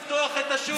אתה אמרת לפתוח את השוק.